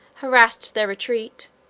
harassed their retreat,